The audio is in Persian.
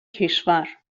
کشور